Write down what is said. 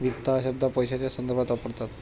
वित्त हा शब्द पैशाच्या संदर्भात वापरतात